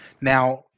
Now